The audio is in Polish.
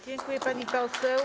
Dziękuję, pani poseł.